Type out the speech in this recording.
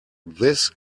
this